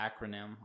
acronym